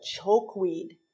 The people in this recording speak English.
chokeweed